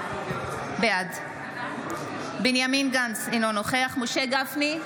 בעד בנימין גנץ, אינו נוכח משה גפני,